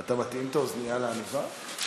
אתה מתאים את האוזנייה לעניבה?